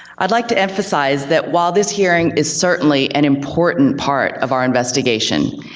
i'd like to emphasize that while this hearing is certainly an important part of our investigation,